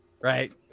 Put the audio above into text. right